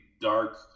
dark